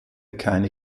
keine